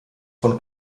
von